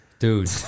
Dude